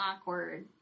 awkward